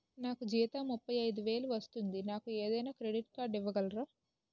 నాకు జీతం ముప్పై ఐదు వేలు వస్తుంది నాకు ఏదైనా క్రెడిట్ కార్డ్ ఇవ్వగలరా?